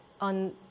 on